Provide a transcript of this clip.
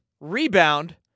Rebound